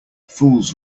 fools